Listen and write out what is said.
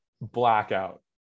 blackout